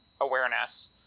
awareness